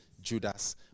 Judas